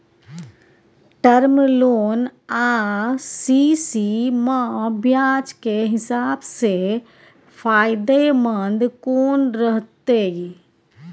Term loan आ CC म ब्याज के हिसाब से फायदेमंद कोन रहते?